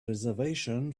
reservation